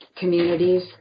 communities